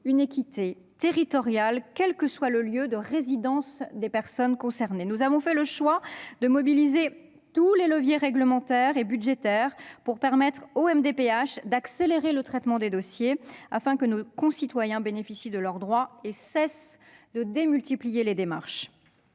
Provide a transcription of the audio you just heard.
une équité territoriale, quel que soit le lieu de résidence des personnes concernées. Nous avons fait le choix de mobiliser tous les leviers réglementaires et budgétaires pour permettre aux MDPH d'accélérer le traitement des dossiers afin que nos concitoyens bénéficient de leurs droits sans avoir à multiplier les démarches.